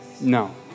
No